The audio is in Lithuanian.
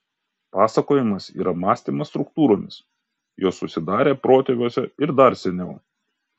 pasakojimas yra mąstymas struktūromis jos susidarė protėviuose ir dar seniau